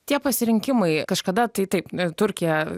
tie pasirinkimai kažkada tai taip turkija